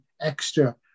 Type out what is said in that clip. extra